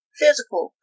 physical